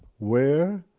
where